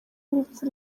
urupfu